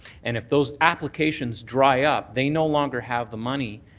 and if those applications dry up, they no longer have the money,